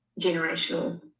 generational